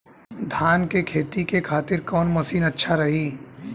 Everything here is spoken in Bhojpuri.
धान के खेती के खातिर कवन मशीन अच्छा रही?